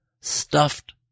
stuffed